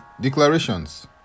declarations